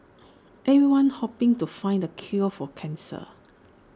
everyone's hoping to find the cure for cancer